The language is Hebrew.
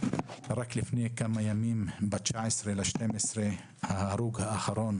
רק לפני כמה ימים, ב-19 בדצמבר, היה ההרוג האחרון